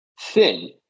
thin